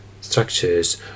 Structures